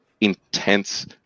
intense